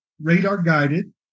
radar-guided